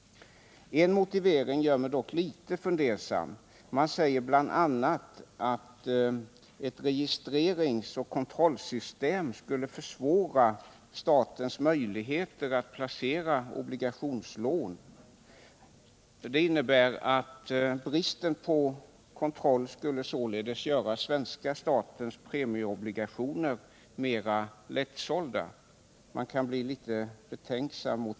En motivering gör mig dock litet fundersam. Utskottet säger bl.a. att ett registreringsoch kontrollsystem skulle minska statens möjligheter att placera obligationslån. Bristen på kontroll skulle således göra svenska statens premieobligationer mera lättsålda.